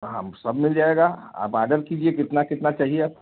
हाँ सब मिल जाएगा आप आडर कीजिए कितना कितना चाहिए आपको